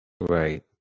Right